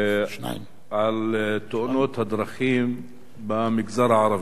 על תאונות הדרכים במגזר הערבי.